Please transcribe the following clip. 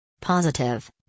Positive